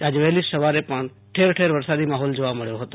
આજે વહેલી સવારથી પણ ઠેર ઠેર વરસાદી માહોલ જોવા મળ્યો છે